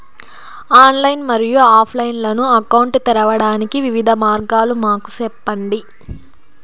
Online మరియు offline account తెరవడానికి వివిధ మార్గాలు మాకు సెప్పండి?